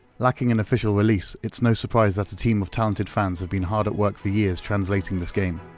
lacking an official release, it's no surprise that a team of talented fans have been hard at work for years translating this game.